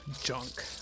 junk